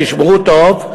תשמעו טוב,